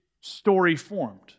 story-formed